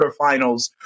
quarterfinals